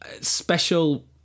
special